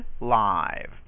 live